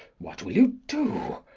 what will you do?